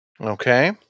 Okay